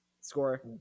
Score